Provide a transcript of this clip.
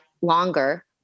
longer